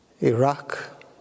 Iraq